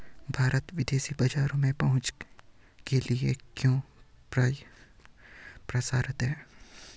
भारत विदेशी बाजारों में पहुंच के लिए क्यों प्रयासरत है?